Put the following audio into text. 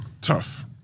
Tough